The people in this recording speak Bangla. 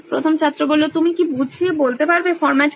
প্রথম ছাত্র তুমি কি বুঝিয়ে বলতে পারবে ফরম্যাট কি